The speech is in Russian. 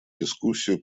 дискуссию